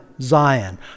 Zion